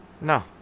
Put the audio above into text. No